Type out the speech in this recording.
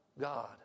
God